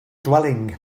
dwellings